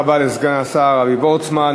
תודה רבה לסגן השר אבי וורצמן.